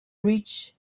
reach